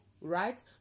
right